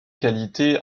qualités